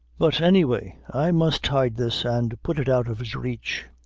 but any way, i must hide this, and put it out of his reach.